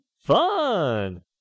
fun